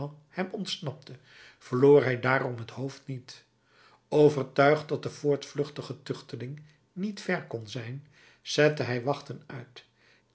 hem ontsnapte verloor hij daarom het hoofd niet overtuigd dat de voortvluchtige tuchteling niet ver kon zijn zette hij wachten uit